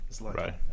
Right